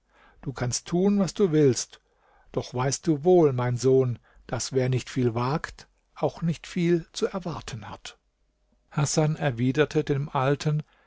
du kannst tun was du willst doch weißt du wohl mein sohn daß wer nicht viel wagt auch nicht viel zu erwarten hat hasan erwiderte dem alten